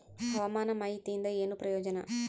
ಹವಾಮಾನ ಮಾಹಿತಿಯಿಂದ ಏನು ಪ್ರಯೋಜನ?